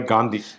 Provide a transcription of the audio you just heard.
Gandhi